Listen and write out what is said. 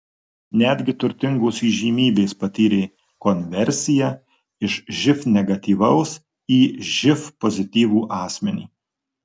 netgi turtingos įžymybės patyrė konversiją iš živ negatyvaus į živ pozityvų asmenį